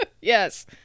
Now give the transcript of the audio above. yes